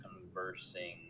conversing